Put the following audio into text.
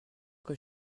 que